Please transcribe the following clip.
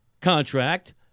contract